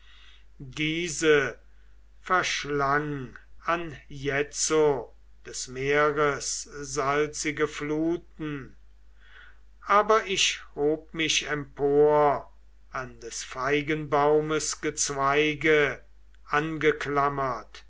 diese verschlang anjetzo des meeres salzige fluten aber ich hob mich empor an des feigenbaumes gezweige angeklammert